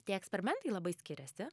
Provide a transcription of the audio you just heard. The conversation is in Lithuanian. tie eksperimentai labai skiriasi